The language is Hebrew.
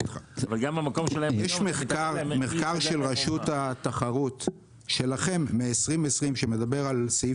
יש מחקר של רשות התחרות משנת 2020 שמדבר על סעיף